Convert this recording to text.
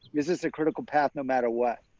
is this a critical path no matter what?